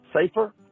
safer